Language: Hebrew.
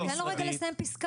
תן לו רגע לסיים פסקה.